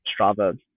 Strava